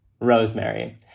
Rosemary